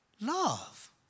love